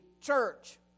church